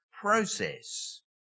process